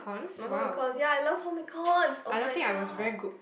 my home-econs ya I love home-econs [oh]-my-god